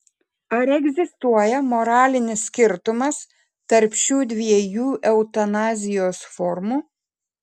ar egzistuoja moralinis skirtumas tarp šių dviejų eutanazijos formų